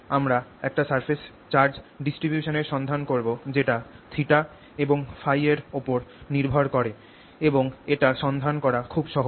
আমরা একটা surface charge distribution এর সন্ধান করব যেটা θ এবং Փ এর ওপর নির্ভর করে এবং এটা সন্ধান করা খুব সহজ